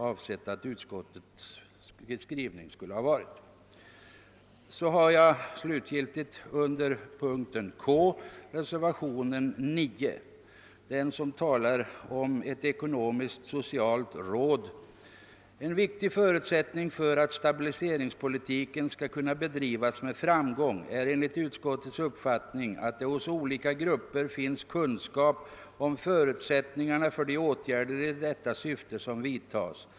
Därefter kommer jag till reservationen 9, vid utskottets hemställan under K, beträffande ett ekonomisk-socialt råd. Här står bl.a. följande: »En viktig förutsättning för att stabiliseringspolitiken skall kunna bedrivas med framgång är enligt utskottets uppfatt ning att det hos olika grupper finns kunskap om förutsättningarna för de åtgärder i detta syfte som vidtas.